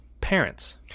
parents